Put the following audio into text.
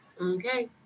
Okay